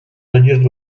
надежды